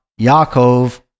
Yaakov